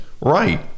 right